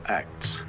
acts